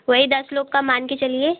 वही दस लोग का मान के चलिए